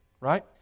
right